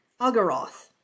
Algaroth